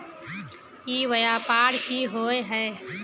ई व्यापार की होय है?